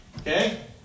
Okay